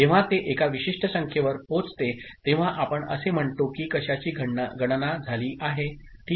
जेव्हा ते एका विशिष्ट संख्येवर पोचते तेव्हा आपण असे म्हणतो की कशाची गणना झाली आहे ठीक आहे